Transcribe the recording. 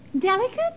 Delicate